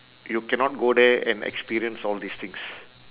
you cannot go there and experience all these things